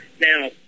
Now